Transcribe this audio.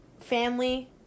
family